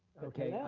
okay. yeah